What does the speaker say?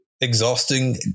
exhausting